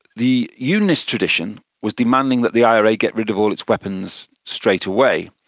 the unionist tradition was demanding that the ira get rid of all its weapons straight away.